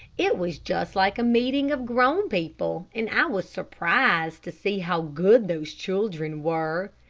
it was just like a meeting of grown people, and i was surprised to see how good those children were.